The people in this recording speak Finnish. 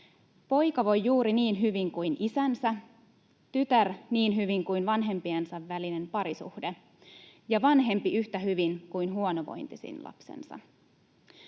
poika voi juuri niin hyvin kuin isänsä, tytär niin hyvin kuin vanhempiensa välinen parisuhde ja vanhempi yhtä hyvin kuin huonovointisin lapsensa.